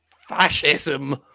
fascism